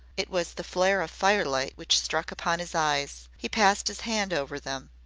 it was the flare of firelight which struck upon his eyes. he passed his hand over them.